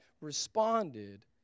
responded